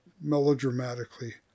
melodramatically